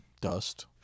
Dust